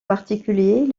particulier